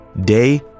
day